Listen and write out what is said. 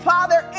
Father